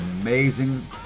amazing